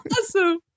awesome